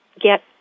get